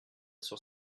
sur